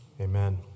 Amen